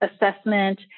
assessment